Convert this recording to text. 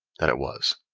that it was.